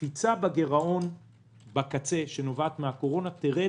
הקפיצה בגירעון בקצה שנובעת מהקורונה תרד